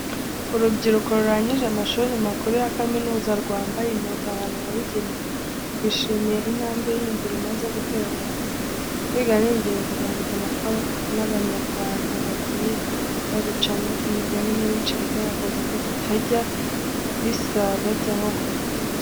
Urubyiruko rurangije amashuri makuru ya kaminuza, rwambaye impuzankano yabugenewe, rwishimiye intambwe yindi rumaze gutera mu buzima. Kwiga ni ingenzi mu buzima kuko n'Abanyarwanda bagiye babicamo imigani myinshi igaragaza ko bitajya bisaza cyangwa ngo bipfe ubusa.